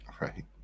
Right